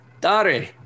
Dare